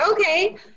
Okay